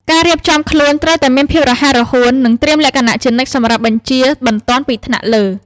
ការរៀបចំខ្លួនត្រូវតែមានភាពរហ័សរហួន និងត្រៀមលក្ខណៈជានិច្ចសម្រាប់បញ្ជាបន្ទាន់ពីថ្នាក់លើ។